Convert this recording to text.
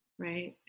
right.